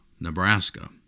Nebraska